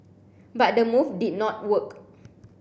but the move did not work